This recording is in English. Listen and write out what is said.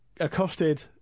Accosted